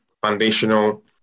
foundational